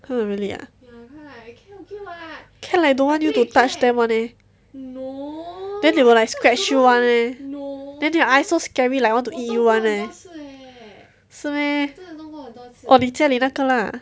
really ah cat like don't want you to touch them one eh then they will like scratch you one leh then their eyes so scary like want to eat one eh 是 meh oh 你家里那个 lah